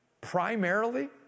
Primarily